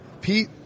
Pete